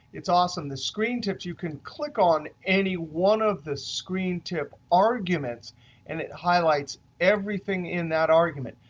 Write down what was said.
it's awesome the screen tips. you can click on any one of the screen tip arguments and it highlights everything in that argument.